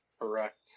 Correct